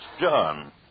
John